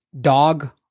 dog